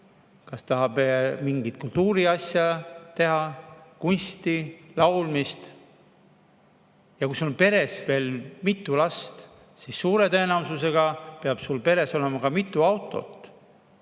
või tahab mingit kultuuriasja teha, kunsti, laulmist. Kui sul on peres veel mitu last, siis suure tõenäosusega peab peres olema ka mitu autot,